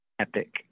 epic